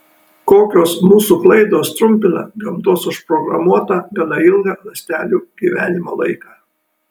kokios mūsų klaidos trumpina gamtos užprogramuotą gana ilgą ląstelių gyvenimo laiką